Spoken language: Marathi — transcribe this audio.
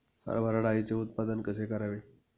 हरभरा डाळीचे उत्पादन कसे करावे?